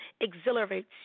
exhilarates